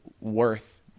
worth